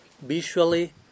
visually